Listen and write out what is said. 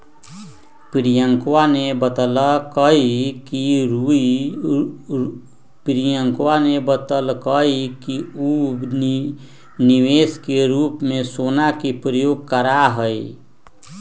प्रियंकवा ने बतल कई कि ऊ निवेश के रूप में सोना के प्रयोग करा हई